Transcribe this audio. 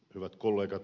hyvät kollegat